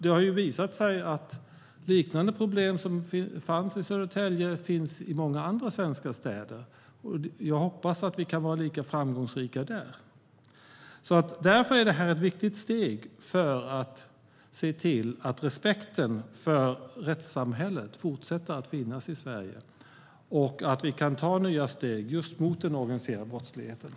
Det har visat sig att problem liknande dem som fanns i Södertälje finns i många andra svenska städer. Jag hoppas att vi kan vara lika framgångsrika där. Därför är detta ett viktigt steg för att se till att respekten för rättssamhället fortsätter att finnas i Sverige, så att vi kan ta nya steg mot den organiserade brottsligheten.